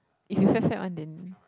if you fat fat one then